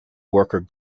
worker